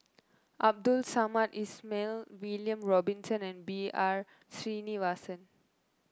Abdul Samad Ismail William Robinson and B R Sreenivasan